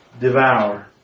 devour